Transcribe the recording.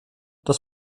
das